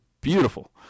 beautiful